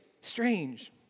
strange